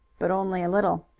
but only a little.